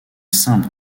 simple